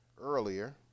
earlier